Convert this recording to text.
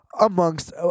amongst